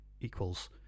equals